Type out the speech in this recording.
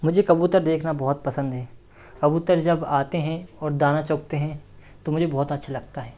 मुझे कबूतर देखना बहुत पसंद हैं कबूतर जब आते हैं और दाना चुगते हैं तो मुझे बहुत अच्छा लगता है